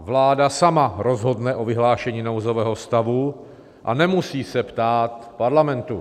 Vláda sama rozhodne o vyhlášení nouzového stavu a nemusí se ptát parlamentu.